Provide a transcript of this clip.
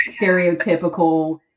stereotypical